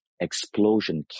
explosion